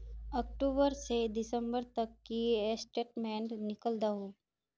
अक्टूबर से दिसंबर तक की स्टेटमेंट निकल दाहू?